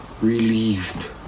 relieved